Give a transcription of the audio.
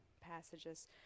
passages